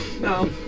No